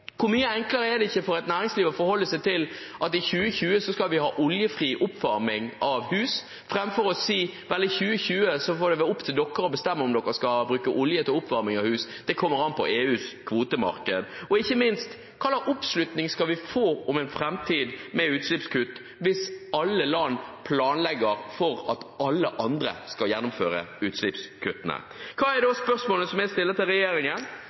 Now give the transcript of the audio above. Hvor mye enklere er det ikke for et næringsliv å forholde seg til at i 2020 skal vi ha oljefri oppvarming av hus, framfor å si at i 2020 er det opp til dere å bestemme om dere skal bruke olje til oppvarming av hus, det kommer an på EUs kvotemarked. Og ikke minst: Hva slags oppslutning skal vi få om en framtid med utslippskutt hvis alle land planlegger for at alle andre skal gjennomføre utslippskuttene? Hva er da spørsmålene som jeg stiller til regjeringen?